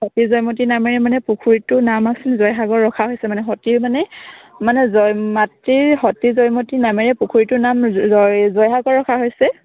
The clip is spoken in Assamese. সতি জয়মতীৰ নামেৰে মানে পুখুৰীটো নাম আছিল জয়সাগৰ ৰখা হৈছে মানে সতি মানে মানে জয় মাতৃৰ সতি জয়মতীৰ নামেৰে পুখুৰীটোৰ নাম জয় জয়সাগৰ ৰখা হৈছে